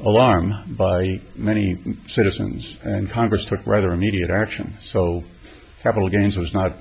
alarm by many citizens and congress took rather immediate action so capital gains was not